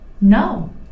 no